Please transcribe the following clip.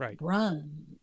run